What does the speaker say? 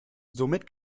somit